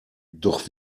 doch